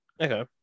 Okay